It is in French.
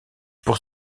pour